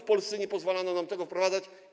W Polsce nie pozwalano nam ich wprowadzać.